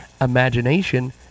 imagination